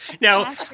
Now